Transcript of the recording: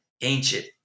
ancient